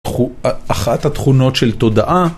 אחת התכונות של תודעה